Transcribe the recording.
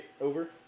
over